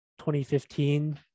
2015